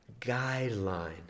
guideline